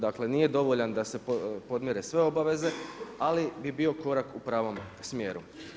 Dakle, nije dovoljan da se podmire sve obaveze, ali bi bio korak u pravome smjeru.